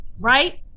Right